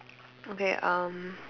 okay um